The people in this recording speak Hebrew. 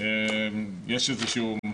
יש איזה שהיא,